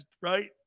right